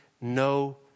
no